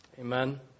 Amen